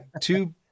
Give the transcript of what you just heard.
two